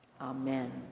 amen